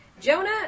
Jonah